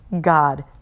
God